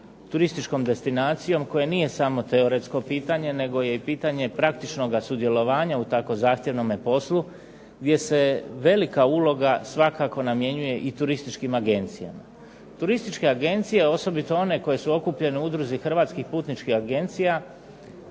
turističkom destinacijom koje nije samo teoretsko pitanje, nego je i pitanje praktičnoga sudjelovanja u tako zahtjevnome poslu, gdje se velika uloga svakako namjenjuje i turističkim agencijama. Turističke agencije, osobito one koje su okupljene u udruzi hrvatskih putničkih agencija,